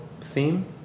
theme